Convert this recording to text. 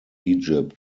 egypt